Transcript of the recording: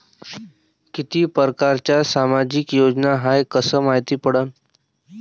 कितीक परकारच्या सामाजिक योजना हाय कस मायती पडन?